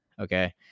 okay